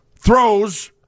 throws